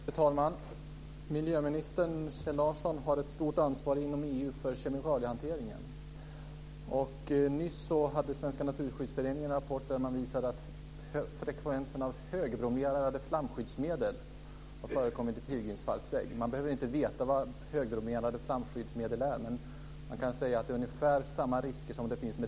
Fru talman! Miljöminister Kjell Larsson har ett stort ansvar inom EU för kemikaliehanteringen. Svenska Naturskyddsföreningen har nyligen i en rapport visat att högbromerade flamskyddsmedel har förekommit i pilgrimsfalksägg. För den som undrar vad högbromerade flamskyddsmedel är kan jag nämna att de är förenade med ungefär samma risker som DDT.